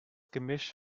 gemisch